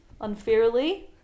unfairly